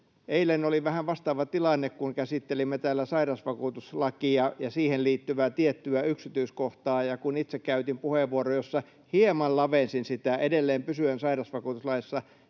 Eilen oli vähän vastaava tilanne, kun käsittelimme täällä sairausvakuutuslakia ja siihen liittyvää tiettyä yksityiskohtaa. Kun itse käytin puheenvuoron, jossa hieman lavensin sitä, edelleen pysyen sairausvakuutuslaissa,